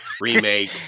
remake